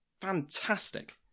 fantastic